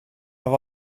have